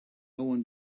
want